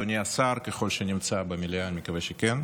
אדוני השר, אם נמצא במליאה, אני מקווה שכן,